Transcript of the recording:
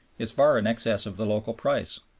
is far in excess of the local price,